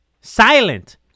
Silent